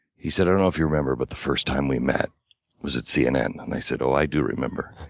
he said i don't know if you remember, but the first time we met was at cnn. and i said, oh, i do remember.